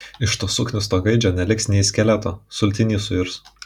iš to suknisto gaidžio neliks nė skeleto sultiny suirs